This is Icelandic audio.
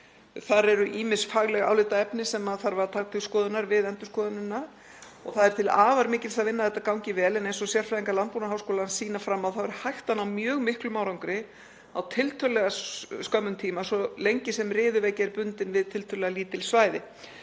Þar eru ýmis fagleg álitaefni sem þarf að taka til skoðunar við endurskoðunina. Það er til afar mikils að vinna að þetta gangi vel en eins og sérfræðingar Landbúnaðarháskólans sýna fram á er hægt að ná mjög miklum árangri á tiltölulega skömmum tíma svo lengi sem riðuveiki er bundin við tiltölulega lítil svæði.